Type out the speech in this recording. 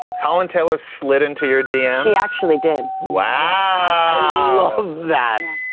holland taylor slid into your dms? she actually did. wow. i love that.